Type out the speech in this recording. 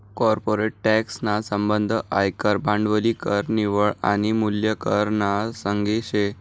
corporate tax ना संबंध आयकर, भांडवली कर, निव्वळ आनी मूल्य कर ना संगे शे